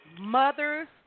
Mother's